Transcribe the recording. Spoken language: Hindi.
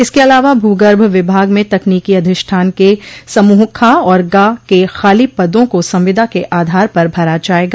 इसके अलावा भूगर्भ विभाग में तकनीकी अधिष्ठान के समूह ख और ग के खाली पदों को संविदा के आधार पर भरा जायेगा